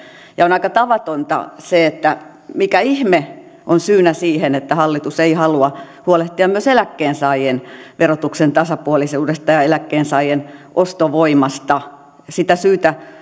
ja on aika tavatonta se mikä ihme on syynä siihen että hallitus ei halua huolehtia myös eläkkeensaajien verotuksen tasapuolisuudesta ja eläkkeensaajien ostovoimasta sitä syytä emme